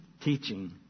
teaching